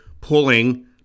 pulling